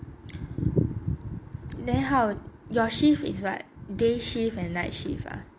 then how your shift is what day shift and night shift ah